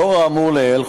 לאור האמור לעיל,